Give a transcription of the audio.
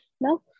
No